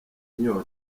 inyota